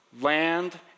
land